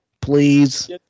please